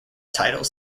titles